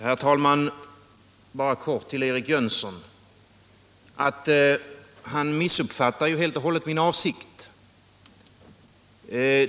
Herr talman! Jag vill bara kort säga till Eric Jönsson att han missuppfattar ju helt och hållet min avsikt.